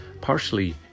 partially